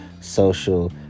social